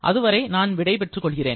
அதுவரை நான் விடைபெற்றுக் கொள்கிறேன்